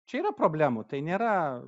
čia yra problemų tai nėra